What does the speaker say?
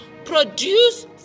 produce